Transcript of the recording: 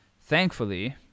thankfully